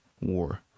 war